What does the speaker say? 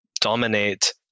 dominate